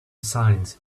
silent